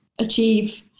achieve